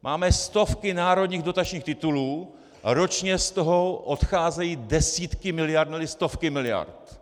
Máme stovky národních dotačních titulů, ročně z toho odcházejí desítky miliard, neli stovky miliard.